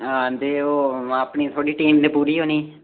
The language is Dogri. हां ते ओह् अपनी थुआढ़ी टीम ते पूरी होनी